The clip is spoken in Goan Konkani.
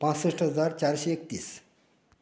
पांसश्ठ हजार चारशी एक्कीस